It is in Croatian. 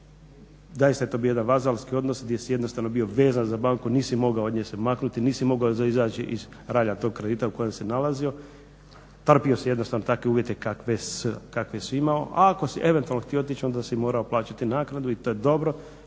je sve to bio jedan vazalski odnos gdje si jednostavno bio vezan za banku, nisi mogao od nje se maknuti, nisi mogao izaći iz ralja tog kredita u kojem se nalazio. Trpio si jednostavno takve uvjete kakve si imao, a ako si eventualno htio otići onda si morao plaćati naknadu i to je dobro